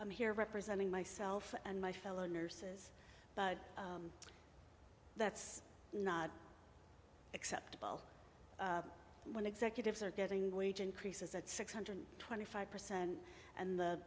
i'm here representing myself and my fellow nurses but that's not acceptable when executives are getting wage increases at six hundred twenty five percent and the